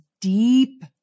deep